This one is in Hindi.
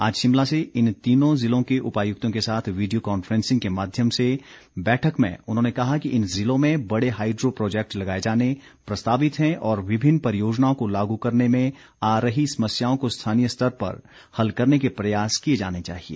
आज शिमला से इन तीनों जिलों के उपायुक्तों के साथ वीडियो कांफ्रेंसिंग के माध्यम से बैठक में उन्होंने कहा कि इन जिलों में बड़े हाइड्रो प्रौजेक्ट लगाए जाने प्रस्तावित हैं और विभिन्न परियोजनाओं को लागू करने में आ रही समस्याओं को स्थानीय स्तर पर हल करने के प्रयास किए जाने चाहिए